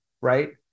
right